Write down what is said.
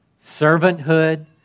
servanthood